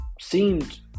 seemed